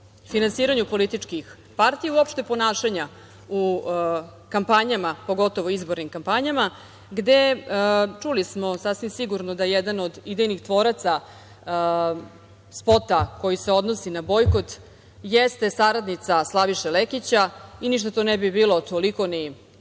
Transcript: finansiranju političkih partija i uopšte ponašanja u kampanjama, pogotovo u izbornim kampanjama, gde, čuli smo, sasvim sigurno, jedan od idejnih tvoraca spota koji se odnosi na bojkot jeste saradnica Slaviše Lekića. I ništa to ne bi bilo toliko ni